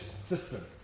system